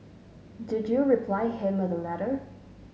did you reply him with a letter